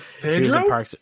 Pedro